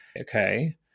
okay